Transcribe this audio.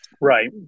right